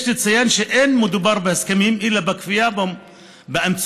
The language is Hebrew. יש לציין שאין מדובר בהסכמים אלא בכפייה באמצעות